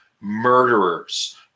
murderers